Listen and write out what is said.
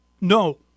no